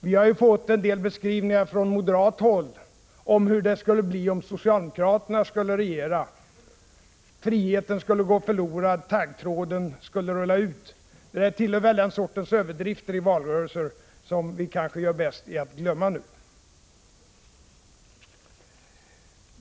Vi har fått en del beskrivningar från moderat håll om hur det skulle bli om socialdemokraterna skulle regera: friheten skulle gå förlorad, taggtråden skulle rullas ut. Det där tillhör väl den sortens överdrifter i valrörelser som vi gör bäst i att glömma nu.